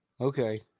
Okay